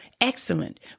excellent